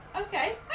Okay